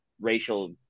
racial